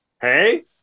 Hey